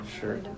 Sure